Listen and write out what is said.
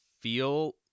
feel